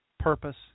Purpose